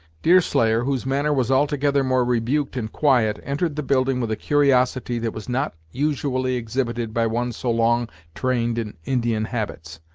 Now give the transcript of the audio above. deerslayer, whose manner was altogether more rebuked and quiet, entered the building with a curiosity that was not usually exhibited by one so long trained in indian habits.